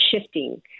shifting